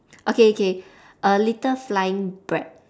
okay okay a little flying bread